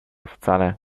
wcale